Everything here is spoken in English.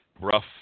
rough